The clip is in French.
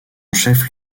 chef